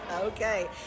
Okay